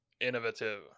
innovative